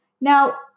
Now